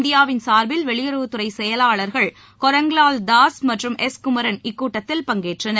இந்தியாவின் சார்பில் வெளியுறவுத்துறைச் செயலாளர்கள் கொரங்கலால் தாஸ் மற்றும் எஸ் குமரன் இக்கூட்டத்தில் பங்கேற்றனர்